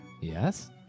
yes